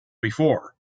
before